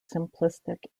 simplistic